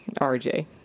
RJ